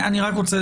אני כן רוצה